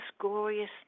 glorious